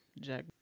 Jack